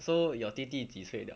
so your 弟弟几岁 liao